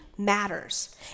matters